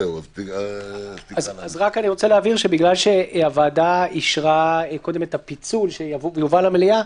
בגלל שהוועדה אישרה קודם את הפיצול שיובא למליאה,